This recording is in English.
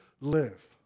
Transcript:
live